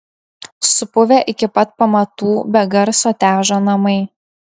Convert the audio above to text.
supuvę iki pat pamatų be garso težo namai